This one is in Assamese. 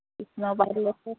কৃষ্ণৰ পাৰ্ট লৈছে